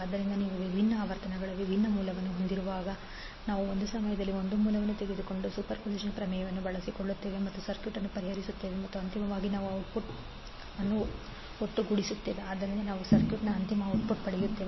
ಆದ್ದರಿಂದ ನೀವು ವಿಭಿನ್ನ ಆವರ್ತನಗಳಲ್ಲಿ ವಿಭಿನ್ನ ಮೂಲಗಳನ್ನು ಹೊಂದಿರುವಾಗ ನಾವು ಒಂದು ಸಮಯದಲ್ಲಿ ಒಂದು ಮೂಲವನ್ನು ತೆಗೆದುಕೊಂಡು ಸೂಪರ್ಪೋಸಿಷನ್ ಪ್ರಮೇಯವನ್ನು ಬಳಸಿಕೊಳ್ಳುತ್ತೇವೆ ಮತ್ತು ಸರ್ಕ್ಯೂಟ್ ಅನ್ನು ಪರಿಹರಿಸುತ್ತೇವೆ ಮತ್ತು ಅಂತಿಮವಾಗಿ ನಾವು ಔಟ್ಪುಟ್ ಅನ್ನು ಒಟ್ಟುಗೂಡಿಸುತ್ತೇವೆ ಇದರಿಂದ ನಾವು ಸರ್ಕ್ಯೂಟ್ನ ಅಂತಿಮ ಔಟ್ಪುಟ್ ಪಡೆಯುತ್ತೇವೆ